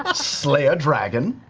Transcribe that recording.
ah slay a dragon.